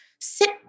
sit